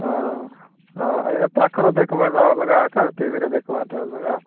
ହଁ ହଁ ଏଟା ପାଖରେ ଦେଖିବାଟା ଅଲଗାଟା ଏକା ଟିଭିରେ ଦେଖିବାଟା ଅଲଗା